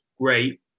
great